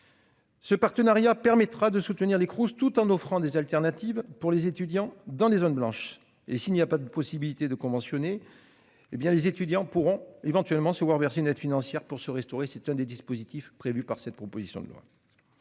Ce partenariat permettra de soutenir les Crous tout en offrant des alternatives pour les étudiants dans les zones blanches et s'il n'y a pas de possibilité de conventionner hé bien les étudiants pourront éventuellement se voir verser une aide financière pour se restaurer. C'est un des dispositifs prévus par cette proposition de loi.